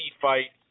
fight